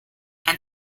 ein